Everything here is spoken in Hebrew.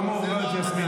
למה הוא בחר את יסמין?